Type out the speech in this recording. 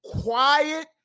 quiet